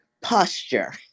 posture